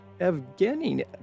evgeny